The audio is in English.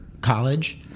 college